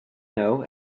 know